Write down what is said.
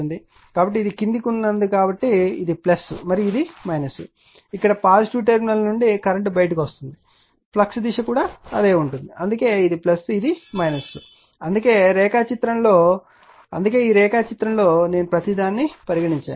కాబట్టి ఇది క్రిందికి ఉన్నందున ఇది మరియు ఇది ఇక్కడ పాజిటివ్ టెర్మినల్ నుండి కరెంట్ బయటకు వస్తన్న విధంగా ఫ్లక్స్ దిశ కూడా ఉంది అందుకే ఇది ఇది అందుకే రేఖాచిత్రంలో అందుకే ఈ రేఖాచిత్రంలో నేను ఇచ్చిన ప్రతిదాన్ని పరిగణించండి